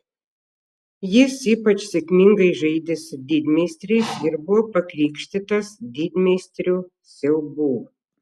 jis ypač sėkmingai žaidė su didmeistriais ir buvo pakrikštytas didmeistrių siaubu